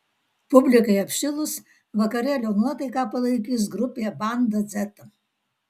publikai apšilus vakarėlio nuotaiką palaikys grupė banda dzeta